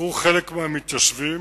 בחרו חלק מהמתיישבים